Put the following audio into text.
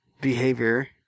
behavior